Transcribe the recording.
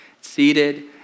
seated